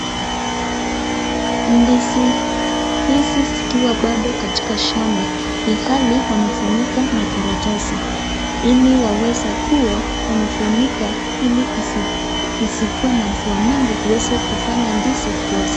Ndizi hizi zikiwa bado katika shamba ilhali wamefunika na karatasi ili waweza kuwa wamefunika ili isikuwe na mvua mingi iweze kufanya ndizi kuoza.